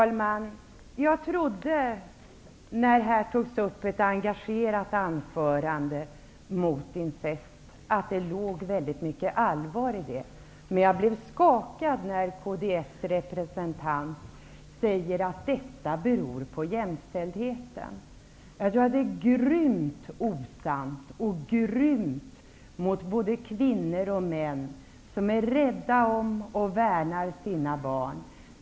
Herr talman! Jag trodde att det fanns väldigt mycket allvar i det engagerade anförandet nyss mot incest. Men jag blev skakad när representanten för Kds sade att förhållandena beror på jämställdheten. Jag tror att det är grymt osant. Det är grymt mot både kvinnor och män som är rädda om och som värnar sina barn.